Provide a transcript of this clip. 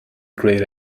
great